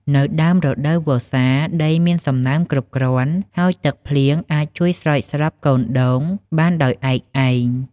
នៅដើមរដូវវស្សា ដីមានសំណើមគ្រប់គ្រាន់ ហើយទឹកភ្លៀងអាចជួយស្រោចស្រពកូនដូងបានដោយឯកឯង។